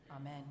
Amen